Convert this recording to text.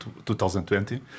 2020